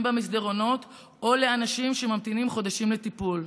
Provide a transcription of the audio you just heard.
במסדרונות או לאנשים שממתינים חודשים לטיפול.